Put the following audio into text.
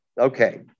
Okay